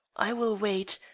i will wait.